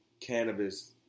cannabis